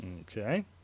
Okay